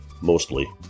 Mostly